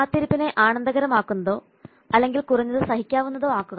കാത്തിരിപ്പിനെ ആനന്ദകരമാക്കുന്നതോ അല്ലെങ്കിൽ കുറഞ്ഞത് സഹിക്കാവുന്നതോ ആക്കുക